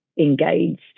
engaged